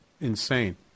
insane